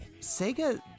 Sega